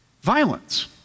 Violence